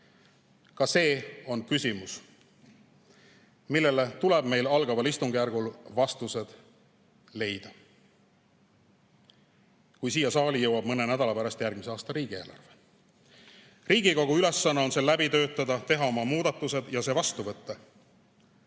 Ka see on küsimus, millele tuleb meil algaval istungjärgul vastused leida, kui siia saali jõuab mõne nädala pärast järgmise aasta riigieelarve. Riigikogu ülesanne on see läbi töötada, teha oma muudatused ja see vastu võtta.